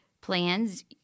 plans